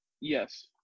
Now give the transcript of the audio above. Yes